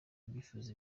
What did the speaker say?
abifuza